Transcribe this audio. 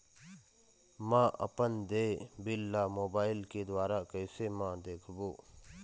म अपन देय बिल ला मोबाइल के द्वारा कैसे म देखबो?